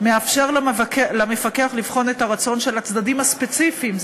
ומאפשר למפקח לבחון את הרצון של הצדדים הספציפיים.